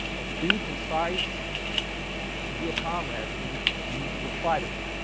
but be concise and be a comrade when you when you reply to me.